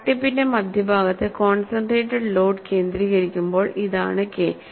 crack ടിപ്പിന്റെ മധ്യഭാഗത്ത് concentrated load കേന്ദ്രീകരിക്കുമ്പോൾ ഇതാണ് കെ